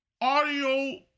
audio